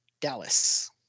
Dallas